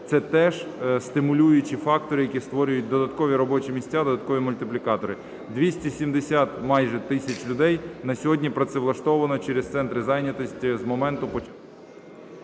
Це теж стимулюючі фактори, які створюють додаткові робочі місця, додаткові мультиплікатори. 270, майже, тисяч людей на сьогодні працевлаштовано через Центри зайнятості з моменту…